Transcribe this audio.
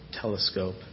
telescope